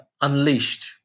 unleashed